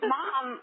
Mom